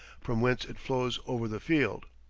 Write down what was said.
from whence it flows over the field.